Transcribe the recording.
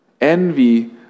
Envy